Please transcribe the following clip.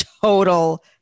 total